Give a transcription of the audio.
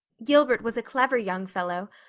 gilbert was a clever young fellow,